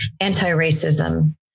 anti-racism